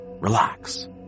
relax